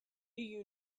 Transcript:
you